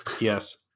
Yes